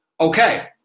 okay